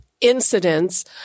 incidents